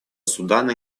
судана